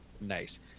Nice